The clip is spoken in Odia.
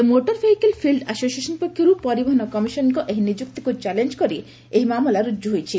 ରାଜ୍ୟ ମୋଟର ଭେହିକିଲ୍ ଫିଲ୍ଡ୍ ଆସୋସିଲଏସନ୍ ପକ୍ଷରୁ ପରିବହନ କମିଶନ୍ଙ୍ଙ ଏହି ନିଷ୍ବଉିକୁ ଚ୍ୟାଲେଞ୍ କରି ଏହି ମାମଲା ରୁଜୁ ହୋଇଛି